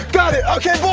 got it. okay